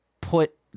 put